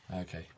Okay